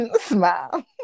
smile